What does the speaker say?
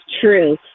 true